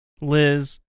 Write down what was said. Liz